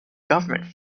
government